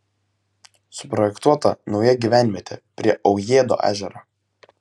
suprojektuota nauja gyvenvietė prie aujėdo ežero